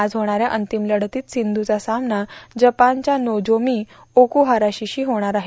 आज होणाऱ्या अंतिम लढतीत सिंधूचा सामना जपानच्या नोजोमी ओकुहाराशी होणार आहे